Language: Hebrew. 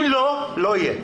אם לא, לא יהיה.